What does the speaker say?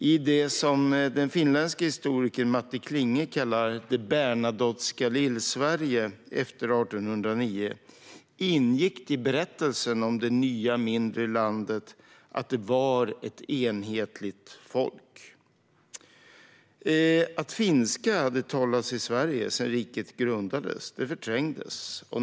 I det som den finländske historikern Matti Klinge kallar det bernadotteska lill-Sverige - efter 1809 - ingick det i berättelsen om det nya mindre landet att det hade ett enhetligt folk. Att finska hade talats i Sverige sedan riket grundades förträngdes.